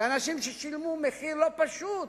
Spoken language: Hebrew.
שאנשים ששילמו מחיר לא פשוט